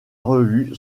revue